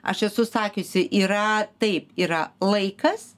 aš esu sakiusi yra taip yra laikas